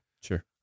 Sure